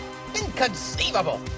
Inconceivable